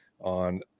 On